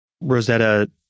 Rosetta